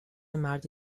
مرد